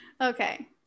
Okay